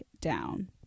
down